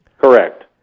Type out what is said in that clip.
Correct